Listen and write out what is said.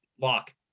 lock